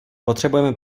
potřebujeme